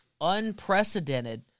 unprecedented